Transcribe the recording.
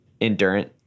endurance